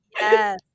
yes